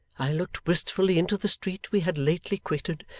i looked wistfully into the street we had lately quitted,